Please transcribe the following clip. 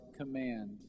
command